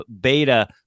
beta